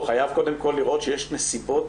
הוא חייב קודם כל לראות שיש נסיבות